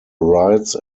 rights